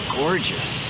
gorgeous